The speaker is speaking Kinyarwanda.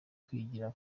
kwigira